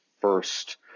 first